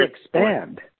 expand